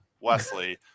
wesley